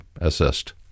assist